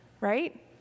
right